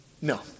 No